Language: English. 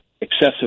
excessive